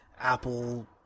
apple